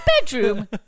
bedroom